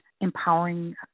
empowering